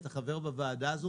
אתה חבר בוועדה הזו,